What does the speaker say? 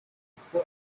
uko